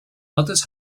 others